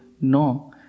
No